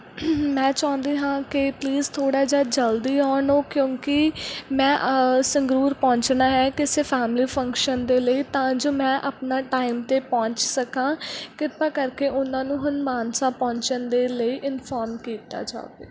ਮੈਂ ਚਾਹੁੰਦੀ ਹਾਂ ਕਿ ਪਲੀਜ਼ ਥੋੜ੍ਹਾ ਜਿਹਾ ਜਲਦੀ ਆਉਣ ਉਹ ਕਿਉਂਕਿ ਮੈਂ ਸੰਗਰੂਰ ਪਹੁੰਚਣਾ ਹੈ ਕਿਸੇ ਫੈਮਿਲੀ ਫੰਕਸ਼ਨ ਦੇ ਲਈ ਤਾਂ ਜੋ ਮੈਂ ਆਪਣਾ ਟਾਈਮ 'ਤੇ ਪਹੁੰਚ ਸਕਾਂ ਕਿਰਪਾ ਕਰਕੇ ਉਹਨਾਂ ਨੂੰ ਹੁਣ ਮਾਨਸਾ ਪਹੁੰਚਣ ਦੇ ਲਈ ਇਨਫੋਰਮ ਕੀਤਾ ਜਾਵੇ